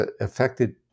affected